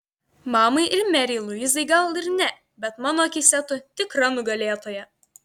mamai ir merei luizai gal ir ne bet mano akyse tu tikra nugalėtoja